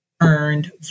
Earned